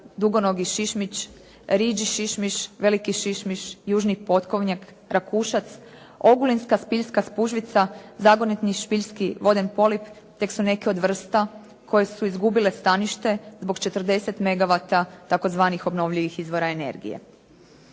dugonogi šišmiš, riđi šišmiš, veliki šišmiš, južni potkovnjak, rakušac, ogulinska spiljska spužvica, zagonetni špiljski voden …/Govornica se ne razumije./… tek su neke od vrsta koje su izgubile stanište zbog 40 megawata tzv. obnovljivih izvora energije.